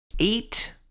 Eight